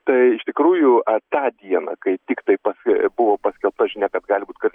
tai iš tikrųjų tą dieną kai tiktai buvo paskelbta žinia kad gali būti kad